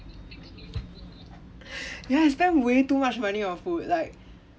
ya I spend way too much money on food like